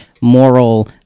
moral